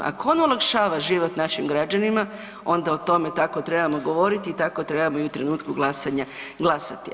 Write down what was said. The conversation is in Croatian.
Ako on olakšava život našim građanima onda o tome trebamo tako govoriti i tako trebamo i u trenutku glasanja, glasati.